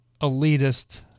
elitist